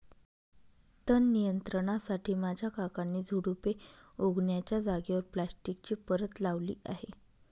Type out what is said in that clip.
तण नियंत्रणासाठी माझ्या काकांनी झुडुपे उगण्याच्या जागेवर प्लास्टिकची परत लावली आहे